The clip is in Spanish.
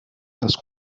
las